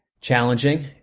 challenging